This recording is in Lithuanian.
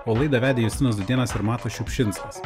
o laidą vedė justinas dudėnas ir matas šiupšinskas